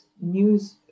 news